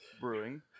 Brewing